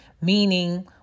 meaning